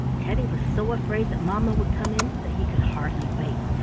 teddy was so afraid that mamma would come in that he could hardly wait,